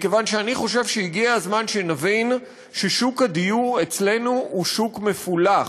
מכיוון שאני חושב שהגיע הזמן שנבין ששוק הדיור אצלנו הוא שוק מפולח.